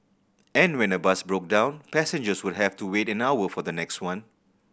and when a bus broke down passengers would have to wait an hour for the next one